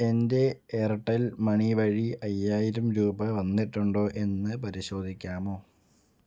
എൻ്റെ Airtel money വഴി അയ്യായിരം രൂപ വന്നിട്ടുണ്ടോ എന്ന് പരിശോധിക്കാമോ